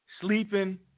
sleeping